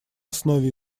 основе